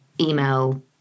email